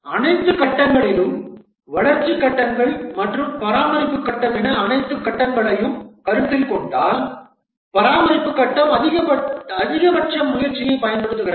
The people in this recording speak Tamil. அனைத்து கட்டங்களிலும் வளர்ச்சி கட்டங்கள் மற்றும் பராமரிப்பு கட்டம் என அனைத்து கட்டங்களையும் கருத்தில் கொண்டால் பராமரிப்பு கட்டம் அதிகபட்ச முயற்சியைப் பயன்படுத்துகிறது